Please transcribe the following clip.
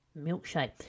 milkshake